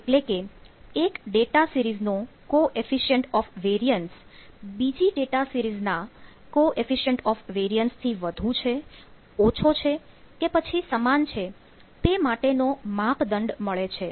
એટલે કે એક ડેટા સીરીઝનો કોએફીશિયન્ટ ઑફ઼ વેરિયન્સ બીજી ડેટા સિરીઝના કોએફીશિયન્ટ ઑફ઼ વેરિયન્સ થી વધુ છે ઓછો છે કે પછી સમાન છે તે માટે નો માપદંડ મળે છે